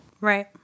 Right